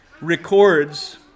records